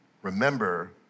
Remember